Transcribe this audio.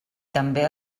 també